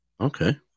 okay